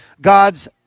God's